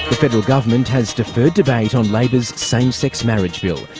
federal government has deferred debate on labor's same-sex marriage bill.